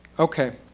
ok,